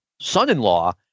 son-in-law